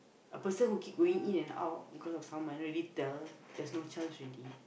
a person who keep going in and out cause of some minor retell there's no chance already